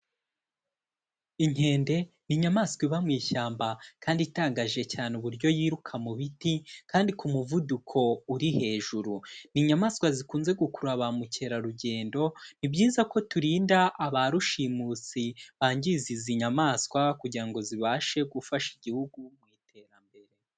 Inkende ni inyamaswa iba mu ishyamba kandi itangaje cyane uburyo yiruka mu biti kandi ku muvuduko uri hejuru. Ni inyamaswa zikunze gukurura bamukerarugendo, ni byiza ko turinda abarushimusi bangiza izi nyamaswa kugira ngo zibashe gufasha Igihugu mu iterambere.